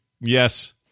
yes